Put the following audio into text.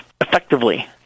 effectively